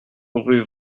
rue